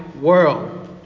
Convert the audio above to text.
world